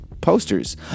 posters